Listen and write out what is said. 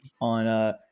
on